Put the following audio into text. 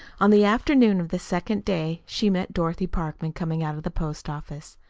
on the afternoon of the second day she met dorothy parkman coming out of the post-office.